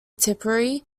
tipperary